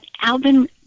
Alvin